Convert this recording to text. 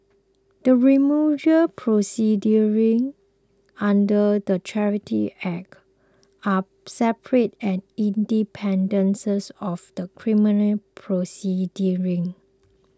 the removal proceedings under the Charities Act are separate and independence of the criminal proceedings